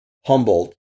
Humboldt